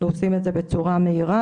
ועושים את זה בצורה מהירה.